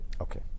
Okay